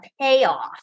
payoff